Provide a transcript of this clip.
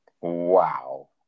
Wow